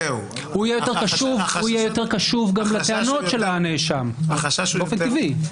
הוא יהיה יותר קשוב גם לטענות של הנאשם באופן טבעי.